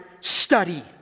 study